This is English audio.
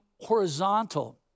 horizontal